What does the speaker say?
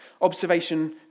Observation